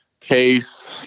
Case